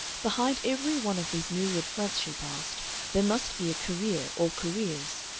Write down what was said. behind every one of these myriad fronts she passed there must be a career or careers.